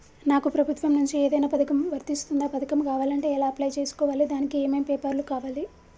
నాకు ప్రభుత్వం నుంచి ఏదైనా పథకం వర్తిస్తుందా? పథకం కావాలంటే ఎలా అప్లై చేసుకోవాలి? దానికి ఏమేం పేపర్లు కావాలి?